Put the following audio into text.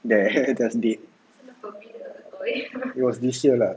ya just dead it was this year lah